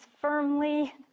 firmly